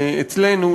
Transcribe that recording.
אצלנו,